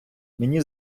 мені